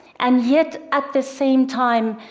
and yet, at the same time,